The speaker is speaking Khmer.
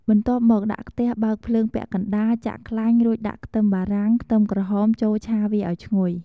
បន្ទាប់មកដាក់ខ្ទះបើកភ្លើងពាក់កណ្តាល ចាក់ខ្លាញ់ រួចដាក់ខ្ទឹមបារាំង ខ្ទឹមក្រហមចូលឆាវាឱ្យឈ្ងុយ។